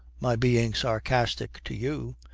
my being sarcastic to you!